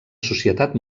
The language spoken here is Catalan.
societat